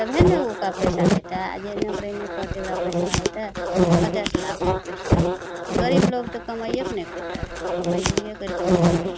तभे ने ओकरा पैसा हेतय आओर जे नौकरी नहि करतय ओकरा पैसा हेतय कतसँ लाबतय पैसा तऽ गरीब लोग तऽ कमाइए कऽ ने खेतय मजदूरिये करिकऽ ने खेतय